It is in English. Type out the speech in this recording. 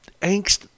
angst